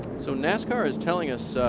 so nascar is telling us,